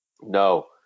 No